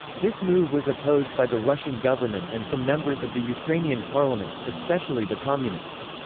this move was opposed by the russian government and some members of the ukrainian parliament, especially the communists.